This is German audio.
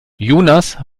jonas